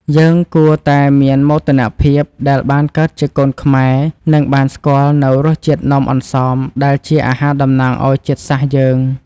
យើងគួរតែមានមោទនភាពដែលបានកើតជាកូនខ្មែរ និង បានស្គាល់នូវរសជាតិនំអន្សមដែលជាអាហារតំណាងឱ្យជាតិសាសន៍យើង។